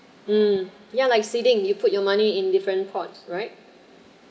mm yeah like seeding you put your money in different pot right